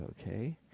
Okay